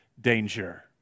danger